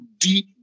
deep